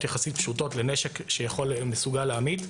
יחסית פשוטות להפוך אותם לנשק שמסוגל להמית,